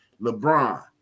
LeBron